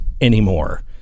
anymore